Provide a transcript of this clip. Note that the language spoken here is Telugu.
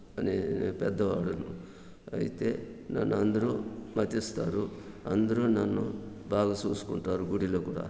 నేను పెద్దవాడను అయితే నన్ను అందరూ మతిస్తారు అందరూ నన్ను బాగా చూసుకుంటారు గుడిలో కూడా